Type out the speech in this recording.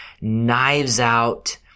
knives-out